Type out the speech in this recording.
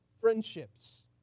friendships